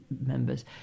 members